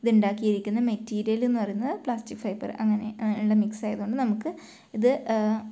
ഇതുണ്ടാക്കിയിരിക്കുന്ന material എന്നു പറയുന്നത് plastic fibre അങ്ങനെ അങ്ങനെയുള്ള മിക്സ് ആയതുകൊണ്ട് നമുക്ക് ഇത്